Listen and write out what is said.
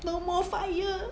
no more fire